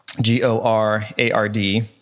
G-O-R-A-R-D